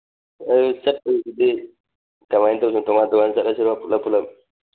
ꯆꯠꯄꯩꯁꯤꯗꯤ ꯀꯃꯥꯏꯅ ꯇꯧꯁꯦꯕ ꯇꯣꯉꯥꯟ ꯇꯣꯉꯥꯟ ꯆꯠꯅꯁꯤꯔꯣ ꯄꯨꯂꯞ ꯄꯨꯂꯞ